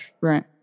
Right